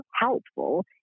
helpful